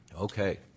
Okay